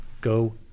Go